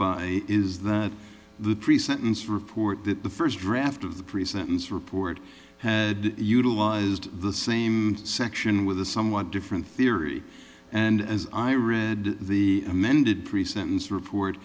by is that the pre sentence report that the first draft of the pre sentence report had utilized the same section with a somewhat different theory and as i read the amended pre sentence report